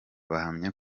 bahamya